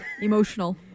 Emotional